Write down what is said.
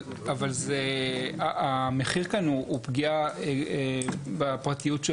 אבל זה, המחיר כאן הוא פגיעה בפרטיות של